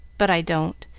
but i don't,